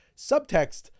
Subtext